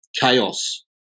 chaos